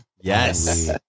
Yes